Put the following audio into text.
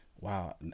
wow